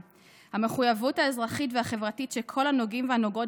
המחויבות האזרחית והחברתית של כל הנוגעים והנוגעות